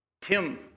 Tim